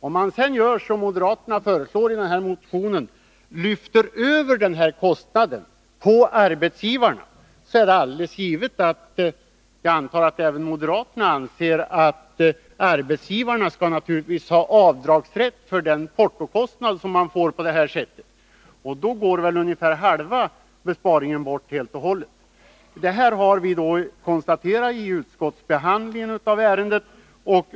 Om man sedan gör som moderaterna föreslår i sin motion, nämligen lyfter över kostnaden på arbetsgivarna, måste man ta hänsyn till att — jag antar att även moderaterna anser det — arbetsgivarna skall ha rätt till avdrag för de portokostnader som de på detta sätt får, och härigenom går ju ungeför halva besparingen bort. Det har vi konstaterat vid utskottets behandling av ärendet.